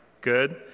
Good